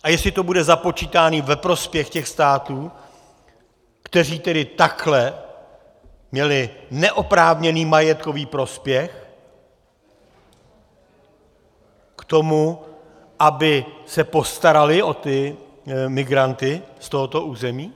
A jestli to bude započítáno ve prospěch těchto států, které takhle měly neoprávněný majetkový prospěch k tomu, aby se postaraly o migranty z tohoto území?